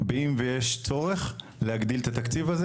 באם ויש צורך להגדיל את התקציב הזה?,